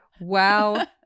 Wow